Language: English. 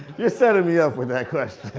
you're setting me up with that question.